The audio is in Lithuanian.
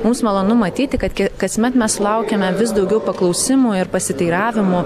mums malonu matyti kad kasmet mes sulaukiame vis daugiau paklausimų pasiteiravimų